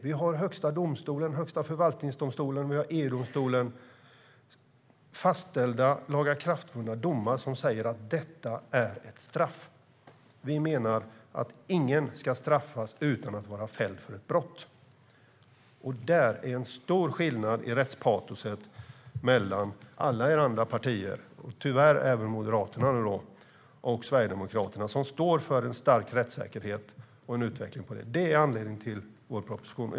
Vi har från Högsta domstolen, Högsta förvaltningsdomstolen och EU-domstolen fastställda, lagakraftvunna domar som säger att detta är ett straff. Vi menar att ingen ska straffas utan att vara fälld för ett brott. Där finns en stor skillnad i rättspatos mellan alla de övriga partierna - tyvärr nu även Moderaterna - och Sverigedemokraterna. Sverigedemokraterna står för en stark rättssäkerhet och en utveckling av det. Det är anledningen till vår motion.